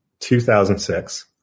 2006